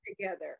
together